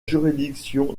juridiction